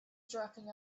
dropping